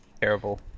terrible